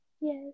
Yes